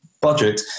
budget